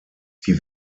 die